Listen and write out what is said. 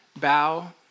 bow